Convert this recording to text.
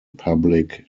public